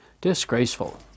Disgraceful